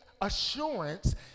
assurance